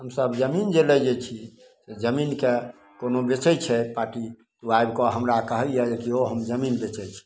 हमसब जमीन जे लै जे छी जमीनके कोनो बेचय छै पार्टी ओ आबिकऽ हमरा कहइए जे देखियौ हम जमीन बेचय छी